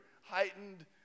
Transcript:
heightened